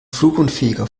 flugunfähiger